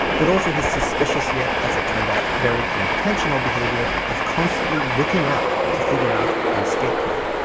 but also his suspicious, yet as it turned out very intentional, behavior of constantly looking up to figure out an escape plan.